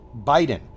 Biden